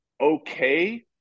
okay